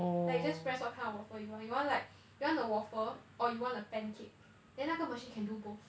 like you just press what kind of waffle you want you want like you the waffle or you want a pancake then 那个 machine can do both